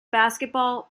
basketball